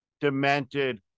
demented